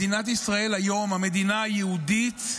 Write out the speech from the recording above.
מדינת ישראל היום, המדינה היהודית,